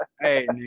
hey